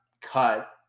cut